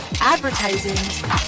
advertising